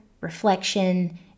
reflection